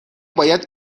باید